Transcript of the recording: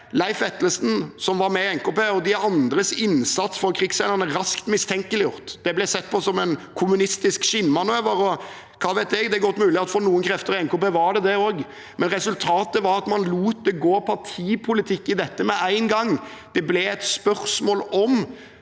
Leif Vetlesen, som var med i NKP, og de andres innsats for krigsseilerne raskt mistenkeliggjort. Det ble sett på som en kommunistisk skinnmanøver. Hva vet jeg – det er godt mulig at det for noen krefter i NKP var det også, men resultatet var at man lot det gå partipolitikk i dette med én gang. For de partiene som